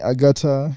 Agata